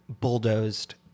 bulldozed